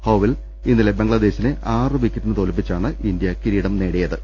ഹോവിൽ ഇന്നലെ ബംഗ്ലാദേശിനെ ആറ് വിക്ക റ്റിന് തോൽപിച്ചാണ് ഇന്ത്യ കിരീടം നേടിയത്